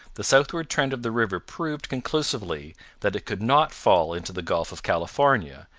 the southward trend of the river proved conclusively that it could not fall into the gulf of california,